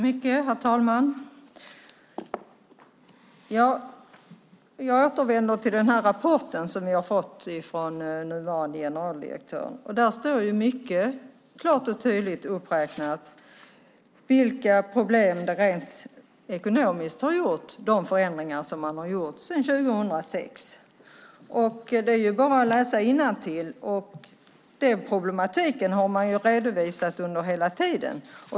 Herr talman! Jag återvänder till rapporten som vi har fått från den nuvarande generaldirektören. Där räknas klart och tydligt upp vilka problem de förändringar som man har gjort sedan 2006 har medfört ekonomiskt. Det är bara att läsa innantill. Den problematiken har man redovisat hela tiden.